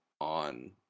on